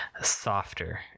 softer